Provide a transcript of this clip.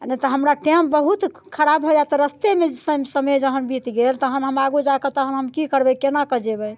आओर नहि तऽ हमरा टाइम बहुत खराब भऽ जाएत रस्तेमे समय जहन बीत गेल तहन हम आगू जाकऽ तऽ हम कि करबै कोनाकऽ जेबै